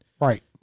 Right